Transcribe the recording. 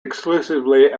exclusively